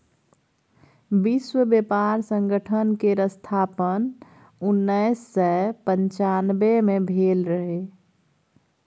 विश्व बेपार संगठन केर स्थापन उन्नैस सय पनचानबे मे भेल रहय